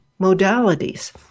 modalities